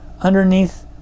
underneath